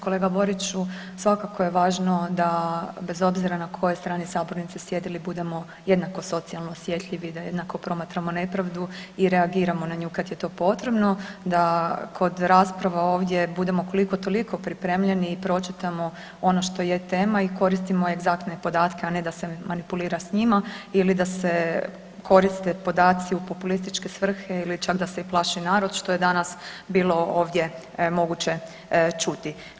Kolega Boriću, svakako je važno da bez obzira na kojoj strani sabornice sjedili budemo jednako socijalno osjetljivi, da jednako promatramo nepravdu i reagiramo na nju kad je to potrebno, da kod rasprava ovdje budemo koliko toliko pripremljeni i pročitamo ono što je tema i koristimo egzaktne podatke, a ne da se manipulira s njima ili da se koriste podaci u populističke svrhe ili čak da se plaši narod što je danas bilo ovdje moguće čuti.